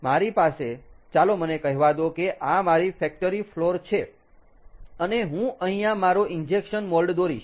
મારી પાસે ચાલો મને કહેવા દો કે આ મારી ફેક્ટરી ફ્લોર છે અને હું અહીંયા મારો ઇન્જેક્શન મોલ્ડ દોરીશ